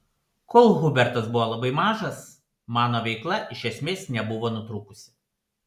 kol hubertas buvo labai mažas mano veikla iš esmės nebuvo nutrūkusi